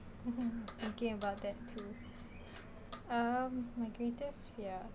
mmhmm thinking about that to um my greatest fear